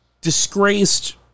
disgraced